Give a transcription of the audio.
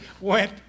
went